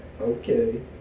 Okay